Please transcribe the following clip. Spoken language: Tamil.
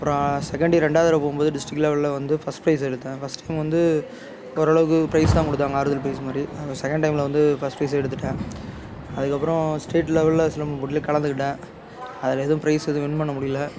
அப்புறம் செகண்டு ரெண்டாவது தடவை போகும்போது டிஸ்டிக் லெவலில் வந்து ஃபஸ்ட் பிரைஸ் எடுத்தேன் ஃபஸ்ட் டைம் வந்து ஓரளவுக்கு பிரைஸ் தான் கொடுத்தாங்க ஆறுதல் பிரைஸ் மாதிரி ஆனால் செகண்ட் டைமில் வந்து ஃபஸ்ட் பிரைஸ் எடுத்துட்டேன் அதுக்கப்பறம் ஸ்டேட் லெவலில் சிலம்பம் போட்டியில் கலந்துக்கிட்டேன் அதில் எதுவும் பிரைஸ் எதுவும் வின் பண்ண முடியல